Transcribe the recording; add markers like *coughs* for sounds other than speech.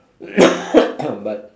*coughs* but